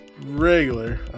regular